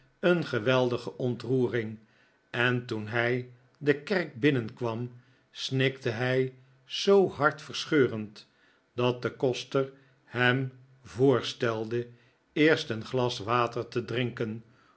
een geweldige ontroering en toen hij de kerk binnenkwam snikte hij zoo hartverscheurend dat de koster hem voorstelde eerst een glas water te drinken